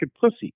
pussy